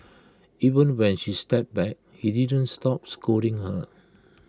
even when she stepped back he didn't stop scolding her